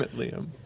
but liam.